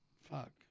Fuck